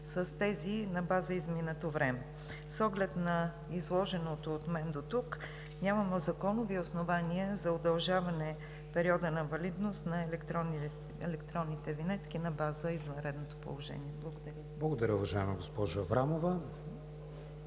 с тези на база изминато време. С оглед на изложеното от мен дотук нямаме законови основания за удължаване периода на валидност на електронните винетки на база извънредното положение. Благодаря. ПРЕДСЕДАТЕЛ КРИСТИАН ВИГЕНИН: Благодаря, уважаема госпожо Аврамова.